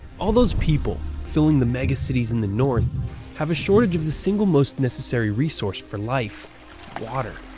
all those people filling the megacities in the north have a shortage of the single most necessary resource for life water.